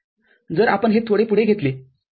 जर आपण हे थोडे पुढे घेतले तर